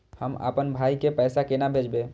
हम आपन भाई के पैसा केना भेजबे?